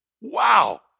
Wow